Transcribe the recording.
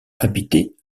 habitée